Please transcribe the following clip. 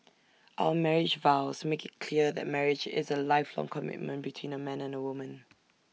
our marriage vows make IT clear that marriage is A lifelong commitment between A man and A woman